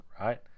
right